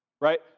right